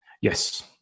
Yes